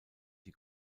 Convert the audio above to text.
die